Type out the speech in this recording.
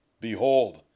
Behold